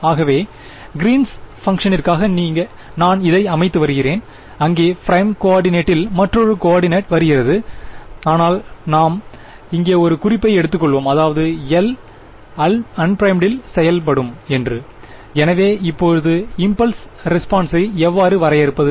ஆகவே கிரீன்ஸ் பங்ஷனிற்காக நான் இதை அமைத்து வருகிறேன் அங்கே ப்ப்ரைம் கோஆர்டினேட்டில் மாற்றோரு கோஆர்டினேட் வருகிறது அனால் நாம் இங்கே ஒரு குறிப்பை எடுத்துக்கொள்வோம் அதாவது L அன்ப்ரைம்டில் செயல்படும் என்று எனவே இப்போது இம்பல்ஸ் ரெஸ்பான்ஸை எவ்வாறு வரையறுப்பது